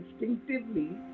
instinctively